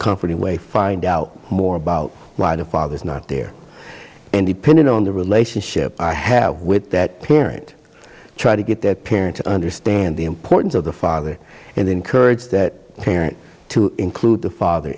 comforting way find out more about why the father is not there and depending on the relationship i have with that parent try to get their parent to understand the importance of the father and encourage that parent to include the father